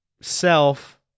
self